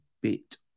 bit